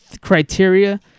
criteria